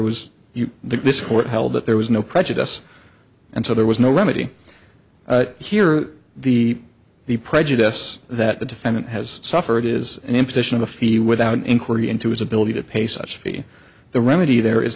you this court held that there was no prejudice and so there was no remedy here the the prejudice that the defendant has suffered is an imposition of a fee without an inquiry into his ability to pay such fee the remedy there is